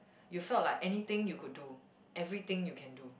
you felt like anything you could do everything you can do